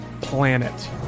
planet